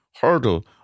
hurdle